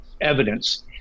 evidence